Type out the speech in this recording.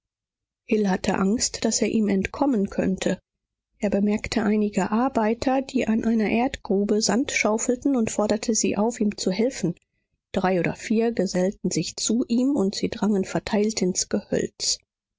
hill hatte angst daß er ihm entkommen könnte er bemerkte einige arbeiter die an einer erdgrube sand schaufelten und forderte sie auf ihm zu helfen drei oder vier gesellten sich zu ihm und sie drangen verteilt ins gehölz